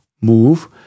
move